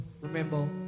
remember